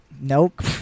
Nope